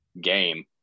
game